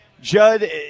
judd